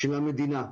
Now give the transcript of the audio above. של המדינה,